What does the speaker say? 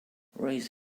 raised